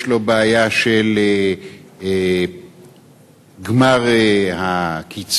יש לו בעיה של גמר הקצבה?